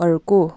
अर्को